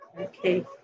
okay